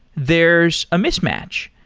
there's a mismatch.